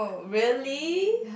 really